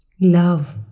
love